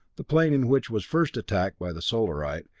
the plane which was first attacked by the solarite,